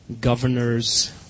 Governors